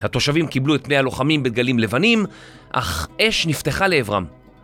התושבים קיבלו את בני הלוחמים בדגלים לבנים, אך אש נפתחה לעברם.